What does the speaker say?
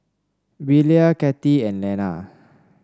Belia Cathy and Nella